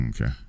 Okay